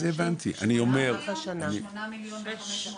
שמונה מיליון ו-550?